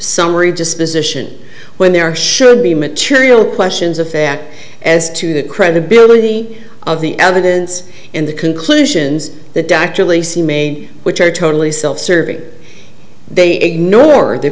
summary disposition when there should be material questions of that as to the credibility of the evidence and the conclusions that dr lee c made which are totally self serving they ignored the